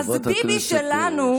אז ביבי שלנו,